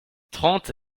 trente